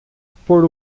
por